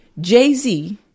Jay-Z